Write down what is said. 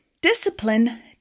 discipline